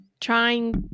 trying